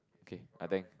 okay I think